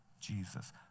Jesus